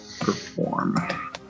perform